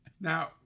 Now